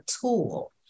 tool